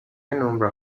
نمره